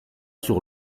sur